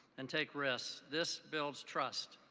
and take risks. this builds trust